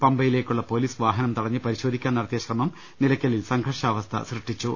പമ്പയിലേക്കുളള police വാഹനം തടഞ്ഞ് പരി ശോധിക്കാൻ നടത്തിയ ശ്രമം നിലയ്ക്കലിൽ സംഘർഷാവസ്ഥ സൃഷ്ടിച്ചു